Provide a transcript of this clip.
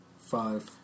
five